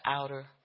outer